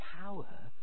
power